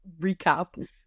recap